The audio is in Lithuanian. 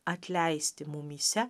atleisti mumyse